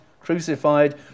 crucified